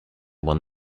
won